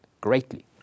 greatly